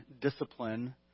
discipline